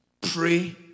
pray